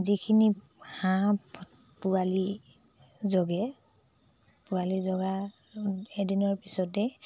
যিখিনি হাঁহ পোৱালি জগে পোৱালি জগাৰ এদিনৰ পিছতেই